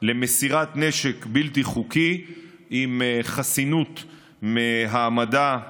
למסירת נשק בלתי חוקי עם חסינות מהעמדה לדין.